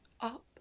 up